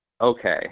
Okay